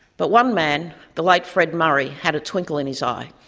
but one man, the late fred murray, had a twinkle in his eye.